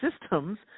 Systems